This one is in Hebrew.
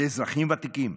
לאזרחים ותיקים,